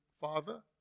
Father